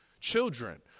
Children